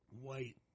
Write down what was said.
white